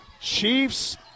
Chiefs